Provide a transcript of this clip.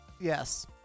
Yes